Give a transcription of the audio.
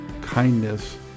kindness